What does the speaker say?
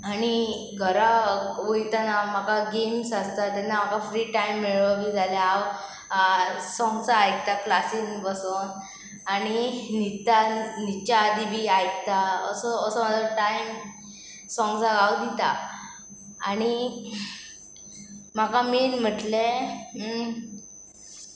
आनी घरा वयतना म्हाका गेम्स आसता तेन्ना म्हाका फ्री टायम मेळ बी जाल्यार हांव सोंग्सां आयकताां क्लासीन बसोन आनी न्हिद न्हिदच्या आदी बी आयकता असो असो म्हाजो टायम सोंग्सक हांव दिता आनी म्हाका मेन म्हटलें